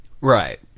Right